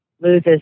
loses